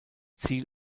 ziel